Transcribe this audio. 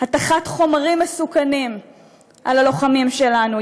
הטחת חומרים מסוכנים על הלוחמים שלנו,